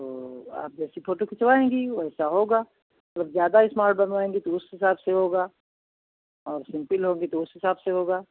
तो आप जैसी फोटो खिंचवाएंगी वैसा होगा मतलब ज्यादा इस्मार्ट बनवाएंगी तो उस हिसाब से होगा और सिंपिल होगी तो उस हिसाब से होगा